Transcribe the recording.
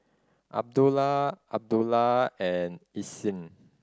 Abdullah Abdullah and Isnin